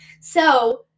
So-